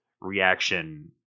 reaction